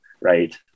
right